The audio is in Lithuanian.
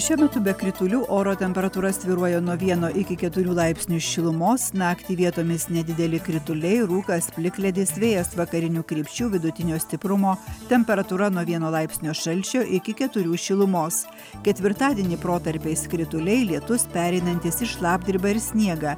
šiuo metu be kritulių oro temperatūra svyruoja nuo vieno iki keturių laipsnių šilumos naktį vietomis nedideli krituliai rūkas plikledis vėjas vakarinių krypčių vidutinio stiprumo temperatūra nuo vieno laipsnio šalčio iki keturių šilumos ketvirtadienį protarpiais krituliai lietus pereinantis į šlapdribą ir sniegą